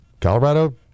Colorado